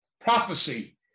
prophecy